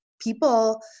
People